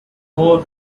four